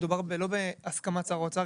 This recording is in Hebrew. לא מדובר בהסכמת שר האוצר,